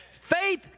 Faith